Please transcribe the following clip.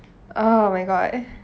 oh my god